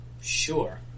Sure